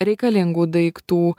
reikalingų daiktų